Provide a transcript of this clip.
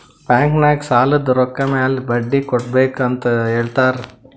bank ನಾಗ್ ಸಾಲದ್ ರೊಕ್ಕ ಮ್ಯಾಲ ಬಡ್ಡಿ ಕೊಡ್ಬೇಕ್ ಅಂತ್ ಹೇಳ್ತಾರ್